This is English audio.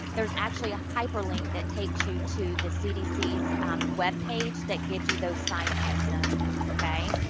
there's actually a hyperlink that takes you to the cdc's webpage that gives you those signs and symptoms. okay?